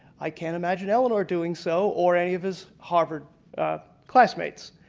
i can't imagine eleanor doing so or any of his harvard classmates,